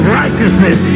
righteousness